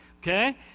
okay